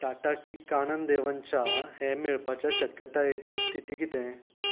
Tata tea Kanan Devan च्या हें मेळपाच्या शक्यतायेची स्थिती कितें